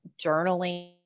journaling